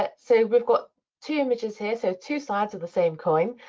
ah so we've got two images here, so two sides of the same coin.